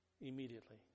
Immediately